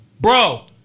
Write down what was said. Bro